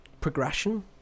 progression